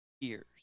years